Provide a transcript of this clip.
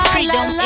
Freedom